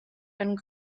and